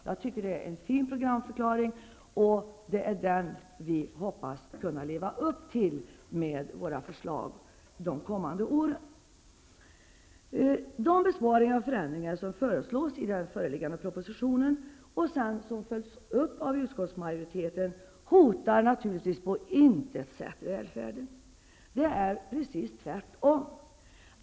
Jag tycker att det här är en fin programförklaring, och det är den vi hoppas kunna leva upp till med våra förslag de kommande åren. De besparingar och förändringar som föreslås i den föreliggande propositionen, och som sedan följs upp av utskottsmajoriteten, hotar naturligtvis på intet sätt välfärden. Det är precis tvärtom.